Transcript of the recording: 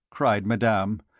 cried madame.